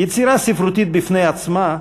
יצירה ספרותית בפני עצמה,